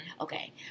Okay